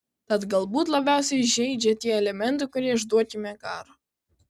tad galbūt labiausiai žeidžia tie elementai kurie iš duokime garo